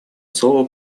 слово